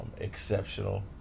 exceptional